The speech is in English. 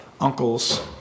uncles